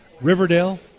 Riverdale